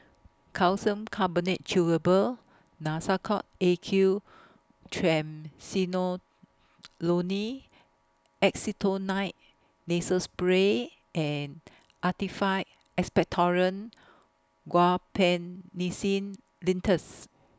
Calcium Carbonate Chewable Nasacort A Q Triamcinolone Acetonide Nasal Spray and Actified Expectorant Guaiphenesin Linctus